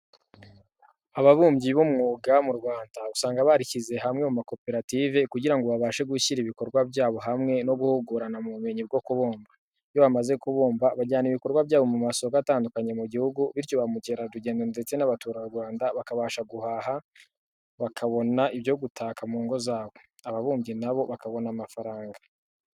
Ababumbyi b'umwuga mu Rwanda, usanga barishyize hamwe mu makoperative kugira ngo babashe gushyira ibikorwa byabo hamwe no guhugurana mu bumenyi bwo kubumba. Iyo bamaze kubumba bajyana ibikorwa byabo mu masoko atandukanye mu gihugu, bityo ba mukerarugendo ndetse n'abaturarwanda bakabasha guhaha bakabona ibyo gutaka mu ngo zabo, ababumbyi na bo bakabona amafaranga.